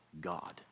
God